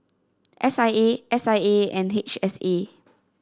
S I A S I A and H S A